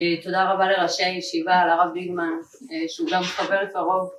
תודה רבה לראשי הישיבה, לרב ביגמן שהוא גם חבר קרוב